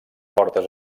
portes